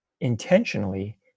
intentionally